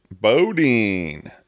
Bodine